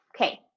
Okay